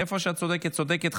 איפה שאת צודקת, צודקת.